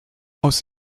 aus